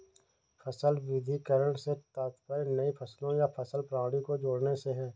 फसल विविधीकरण से तात्पर्य नई फसलों या फसल प्रणाली को जोड़ने से है